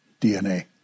DNA